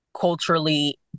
culturally